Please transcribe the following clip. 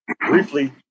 Briefly